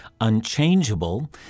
unchangeable